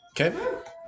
Okay